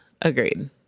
agreed